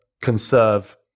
conserve